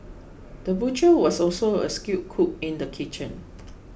the butcher was also a skilled cook in the kitchen